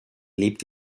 lebt